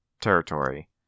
territory